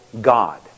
God